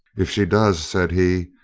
if she does, said he,